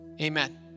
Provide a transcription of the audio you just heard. Amen